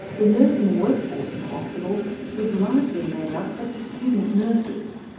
the nursing workforce in hospitals was largely made up of student nurses.